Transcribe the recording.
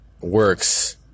works